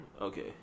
Okay